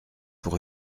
pour